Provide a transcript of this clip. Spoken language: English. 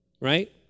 right